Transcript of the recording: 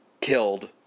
killed